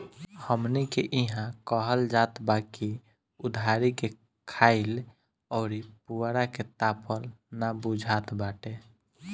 हमनी के इहां कहल जात बा की उधारी के खाईल अउरी पुअरा के तापल ना बुझात बाटे